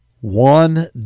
one